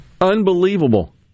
Unbelievable